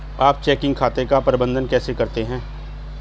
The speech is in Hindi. आप चेकिंग खाते का प्रबंधन कैसे करते हैं?